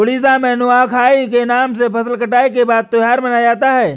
उड़ीसा में नुआखाई के नाम से फसल कटाई के बाद त्योहार मनाया जाता है